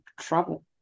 trouble